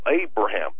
Abraham